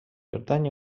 pertany